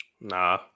Nah